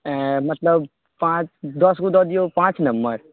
मतलब पाँच दसगो दऽ दियौ पाँच नम्बर